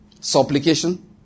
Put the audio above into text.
supplication